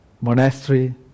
monastery